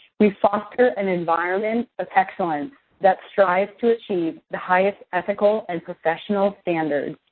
we foster an environment of excellence that strives to achieve the highest ethical and professional standards.